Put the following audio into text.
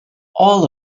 all